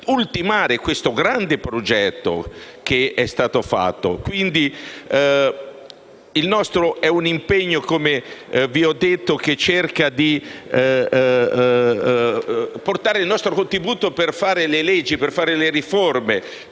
ultimare questo grande progetto. Quindi il nostro è un impegno, come vi ho detto, che cerca di portare il nostro contributo per fare le leggi, le riforme